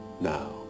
now